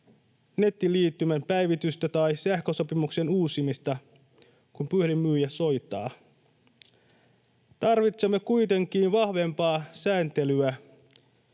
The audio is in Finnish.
nettiliittymän päivitystä tai sähkösopimuksen uusimista, kun puhelinmyyjä soittaa. Tarvitsemme kuitenkin vahvempaa sääntelyä.